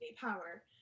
Power